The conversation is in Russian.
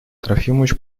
трофимович